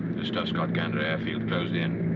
this stuff's got gander airfield closed in.